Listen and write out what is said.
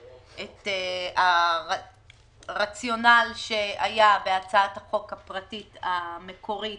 את הרציונל שהיה בהצעת החוק הפרטית המקורית